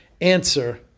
answer